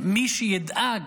מי שידאג